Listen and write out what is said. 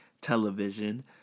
television